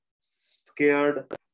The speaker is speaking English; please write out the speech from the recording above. scared